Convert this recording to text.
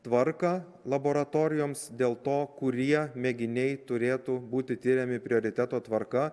tvarką laboratorijoms dėl to kurie mėginiai turėtų būti tiriami prioriteto tvarka